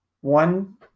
One